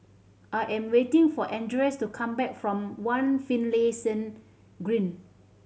I am waiting for Andreas to come back from One Finlayson Green